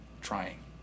trying